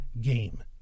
game